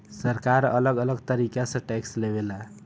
सरकार अलग अलग तरीका से टैक्स लेवे ला